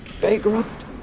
bankrupt